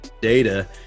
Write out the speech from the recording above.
data